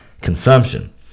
consumption